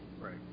Right